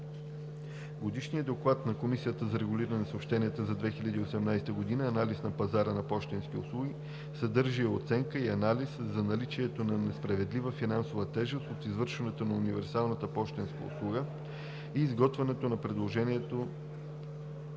Годишният доклад на Комисията за регулиране на съобщенията за 2018 г. – „Анализ на пазара на пощенски услуги“, съдържа и оценка, и анализ за наличието на несправедлива финансова тежест от извършването на универсалната пощенска услуга и изготвянето на предложението